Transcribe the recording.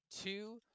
two